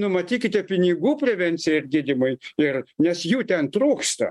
numatykite pinigų prevencijai ir gydymui ir nes jų ten trūksta